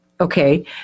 Okay